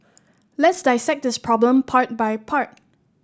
let's dissect this problem part by part